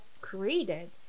created